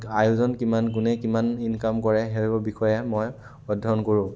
আয়োজন কিমান কোনে কিমান ইনকাম কৰে সেইবোৰ বিষয়ে মই অধ্যয়ন কৰোঁ